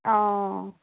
অঁ